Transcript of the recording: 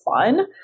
fun